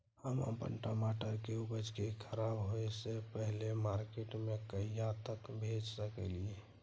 हम अपन टमाटर के उपज के खराब होय से पहिले मार्केट में कहिया तक भेज सकलिए?